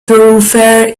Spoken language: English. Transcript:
thoroughfare